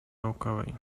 naukowej